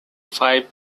five